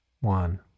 one